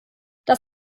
das